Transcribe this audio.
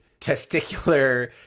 testicular